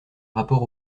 rapport